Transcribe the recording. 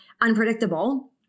unpredictable